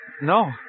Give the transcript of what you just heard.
No